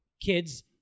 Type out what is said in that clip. kids